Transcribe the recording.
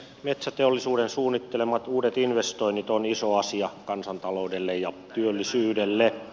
metsäteollisuuden suunnittelemat uudet investoinnit ovat iso asia kansantaloudelle ja työllisyydelle